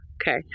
Okay